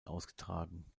ausgetragen